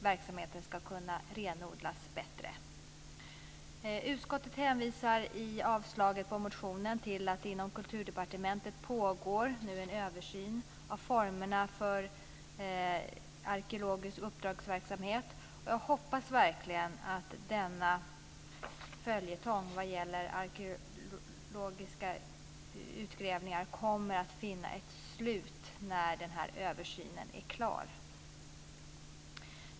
Verksamheten ska kunna renodlas bättre. Utskottet hänvisar i avstyrkandet av motionen till att det inom Kulturdepartementet pågår en översyn av formerna för arkeologers uppdragsverksamhet. Jag hoppas verkligen att denna följetong vad gäller arkeologiska utgrävningar kommer att finna ett slut när översynen är klar.